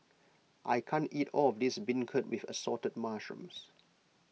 I can't eat all of this Beancurd with Assorted Mushrooms